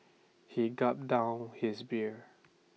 he gulped down his beer